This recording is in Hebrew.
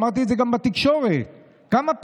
אמרתי את זה גם בתקשורת כמה פעמים.